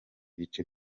bice